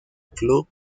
club